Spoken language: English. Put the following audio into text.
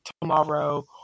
tomorrow